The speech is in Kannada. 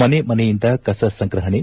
ಮನೆ ಮನೆಯಿಂದ ಕಸ ಸಂಗ್ರಪಣೆ